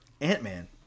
Ant-Man